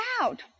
out